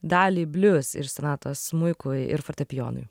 dalį blius iš sonatos smuikui ir fortepijonui